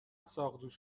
ساقدوش